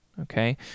okay